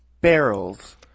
Barrels